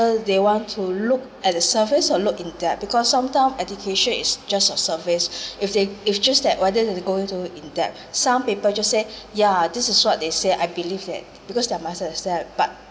they want to look at the surface or look in that because sometimes education is just a surface if they if just that whether they go into in depth some people just say yeah this is what they say I believe it because